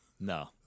No